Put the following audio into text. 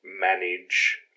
manage